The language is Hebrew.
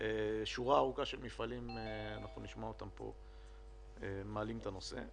אנחנו נשמע פה שורה ארוכה של מפעלים שמעלים את הנושא.